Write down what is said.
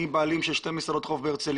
אני בעלים של שתי מסעדות חוף בהרצליה,